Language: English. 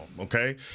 okay